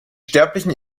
sterblichen